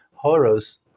Horus